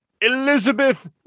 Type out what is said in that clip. Elizabeth